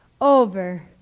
over